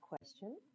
question